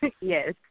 Yes